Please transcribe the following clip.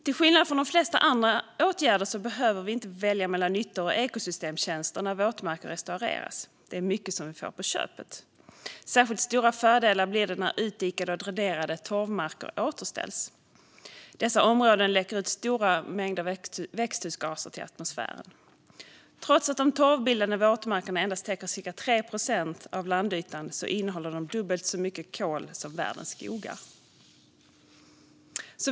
Till skillnad från de flesta andra åtgärder behöver vi inte välja mellan nyttor och ekosystemtjänster när våtmarker restaureras. Det är mycket som vi får på köpet. Särskilt stora fördelar blir det när utdikade och dränerade torvmarker återställs. Dessa områden läcker ut stora mängder växthusgaser till atmosfären. Trots att de torvbildande våtmarkerna endast täcker cirka 3 procent av landytan innehåller de dubbelt så mycket kol som världens skogar.